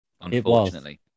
unfortunately